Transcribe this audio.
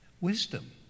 Wisdom